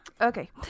Okay